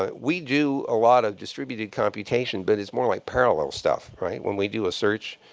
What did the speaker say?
ah we do a lot of distributed computation, but it's more like parallel stuff right? when we do a search,